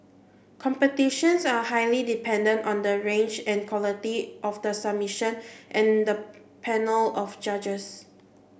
competitions are highly dependent on the range and quality of the submissions and the panel of judges